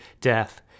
death